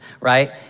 right